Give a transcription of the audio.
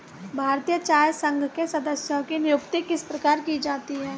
भारतीय चाय संघ के सदस्यों की नियुक्ति किस प्रकार की जाती है?